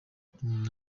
umuntu